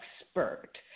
expert